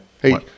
hey